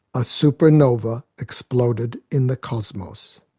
a supernova exploded in the cosmos.